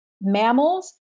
mammals